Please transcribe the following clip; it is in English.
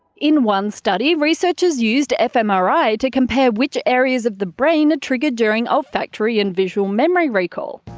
in one study, researchers used fmri to compare which areas of the brain are triggered during olfactory and visual memory recall.